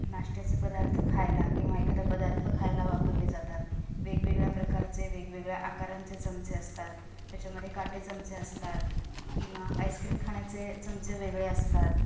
नाष्ट्याचे पदार्थ खायला किंवा एखादा पदार्थ खायला वापरले जातात वेगवेगळ्या प्रकारचे वेगवेगळ्या आकारांचे चमचे असतात त्याच्यामध्ये काटे चमचे असतात किंवा आईस्क्रीम खाण्याचे चमचे वेगळे असतात